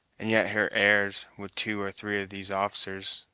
and yet her airs, with two or three of these officers,